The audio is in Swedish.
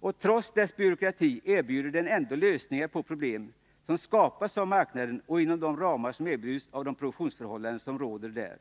Och trots dess byråkrati erbjuder den ändå lösningar på problem som skapas av marknaden och inom de ramar som erbjuds av de produktionsförhållanden som råder där. För